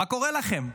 מה קורה לכם?